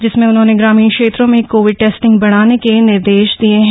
जिसमें उन्होने ग्रामीण क्षेत्रों में कोविड टेस्टिंग बढ़ाने के निर्देश दिये गए हैं